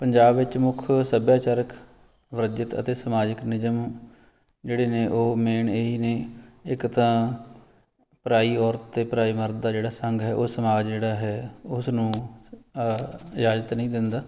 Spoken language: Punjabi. ਪੰਜਾਬ ਵਿੱਚ ਮੁੱਖ ਸੱਭਿਆਚਾਰਕ ਰਜਤ ਅਤੇ ਸਮਾਜਿਕ ਨਿਯਮ ਜਿਹੜੇ ਨੇ ਉਹ ਮੇਨ ਇਹੀ ਨੇ ਇੱਕ ਤਾਂ ਪਰਾਈ ਔਰਤ ਅਤੇ ਪਰਾਏ ਮਰਦ ਦਾ ਜਿਹੜਾ ਸੰਗ ਹੈ ਉਹ ਸਮਾਜ ਜਿਹੜਾ ਹੈ ਉਸ ਨੂੰ ਇਜਾਜ਼ਤ ਨਹੀਂ ਦਿੰਦਾ